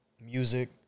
music